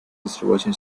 distribution